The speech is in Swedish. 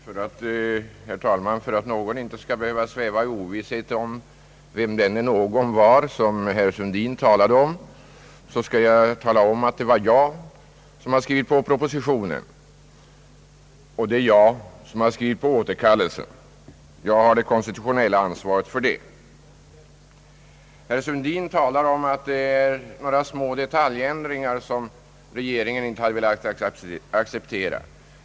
Herr talman! För att någon inte skall behöva sväva i ovisshet om vem denne »någon» var, som herr Sundin talade om, skall jag tala om att det är jag som har skrivit på propositionen och det är jag som har skrivit på återkallelsen. Jag har det konstitutionella ansvaret för detta. Herr Sundin talade om att det är några små detaljändringar, som regeringen inte har velat acceptera.